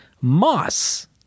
moss